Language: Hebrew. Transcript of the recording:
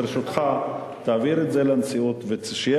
ברשותך: תעביר את זה לנשיאות ושיהיה